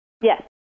Yes